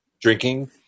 Drinking